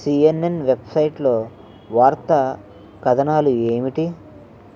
CNN వెబ్సైట్లో వార్తా కథనాలు ఏమిటి